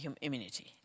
immunity